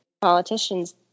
politicians